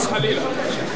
חלילה.